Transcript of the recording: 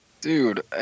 Dude